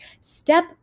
step